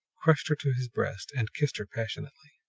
crushed her to his breast and kissed her passionately.